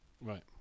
Right